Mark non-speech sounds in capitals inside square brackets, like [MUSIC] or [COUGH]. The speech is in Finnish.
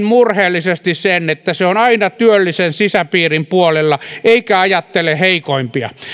[UNINTELLIGIBLE] murheellisesti sen että se on aina työllisen sisäpiirin puolella eikä ajattele heikoimpia